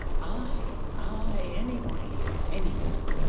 ay, ay, anybody, anybody.